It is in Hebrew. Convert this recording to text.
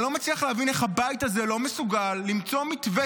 אני לא מצליח להבין איך הבית הזה לא מסוגל למצוא מתווה